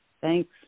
Thanks